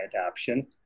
adoption